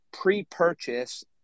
pre-purchase